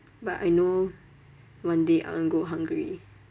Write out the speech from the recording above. but I know one day I want to go hungary